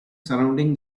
surrounding